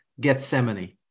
Gethsemane